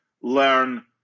learn